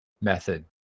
method